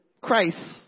Christ